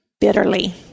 bitterly